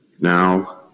now